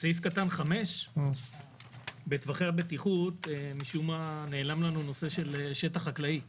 בסעיף קטן 5 בטווחי הבטיחות משום מה נעלם לנו נושא של שטח חקלאי ופתוח,